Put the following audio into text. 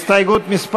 הסתייגות מס'